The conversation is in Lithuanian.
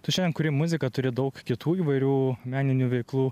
tu šiandien kuri muziką turi daug kitų įvairių meninių veiklų